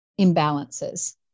imbalances